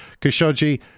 Khashoggi